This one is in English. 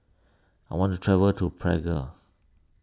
I want to travel to Prague